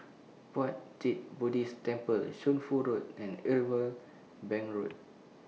Puat Jit Buddhist Temple Shunfu Road and Irwell Bank Road